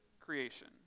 creation